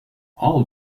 all